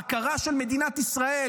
למה ההכרה של מדינת ישראל,